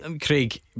Craig